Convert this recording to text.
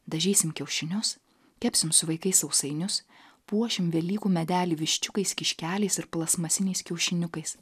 dažysim kiaušinius kepsim su vaikais sausainius puošim velykų medelį viščiukais kiškeliais ir plastmasiniais kiaušiniukais